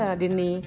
dini